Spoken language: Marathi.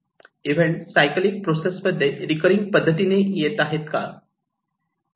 इव्हेंट सायकलिक प्रोसेस मध्ये रिकरिंग पद्धतीने येत आहेत का